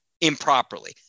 improperly